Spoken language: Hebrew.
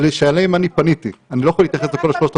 אני יכול להתייחס רק למבנים שעליהם פניתי,